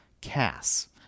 Cass